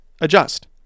adjust